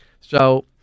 So-